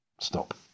Stop